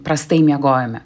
prastai miegojome